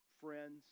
friends